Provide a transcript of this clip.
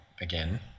again